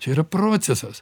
čia yra procesas